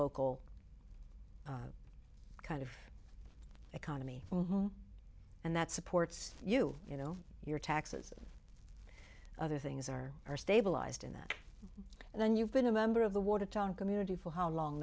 local kind of economy and that supports you you know your taxes other things are are stabilized in that and then you've been a member of the watertown community for how long